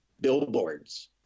billboards